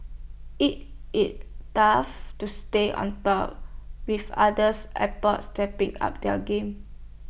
IT it tough to stay on top with other airports stepping up their game